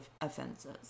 offenses